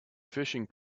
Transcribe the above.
fishing